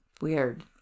Weird